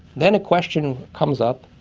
then a question comes up,